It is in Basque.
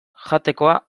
jatekoa